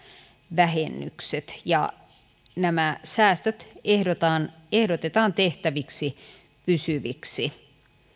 vähennykset ja nämä säästöt ehdotetaan ehdotetaan tehtäviksi pysyviksi